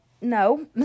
no